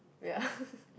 ya